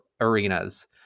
arenas